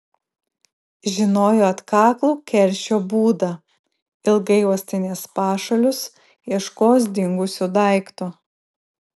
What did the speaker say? žinojo atkaklų keršio būdą ilgai uostinės pašalius ieškos dingusio daikto